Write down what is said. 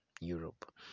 Europe